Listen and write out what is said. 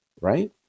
right